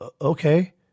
Okay